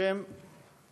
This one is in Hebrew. מנת שתוכלו להירשם.